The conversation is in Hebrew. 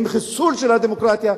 הם חיסול של הדמוקרטיה.